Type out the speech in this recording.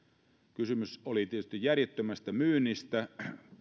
kysymys oli tietysti järjettömästä myynnistä